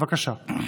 בבקשה.